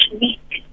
week